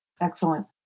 Excellent